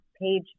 page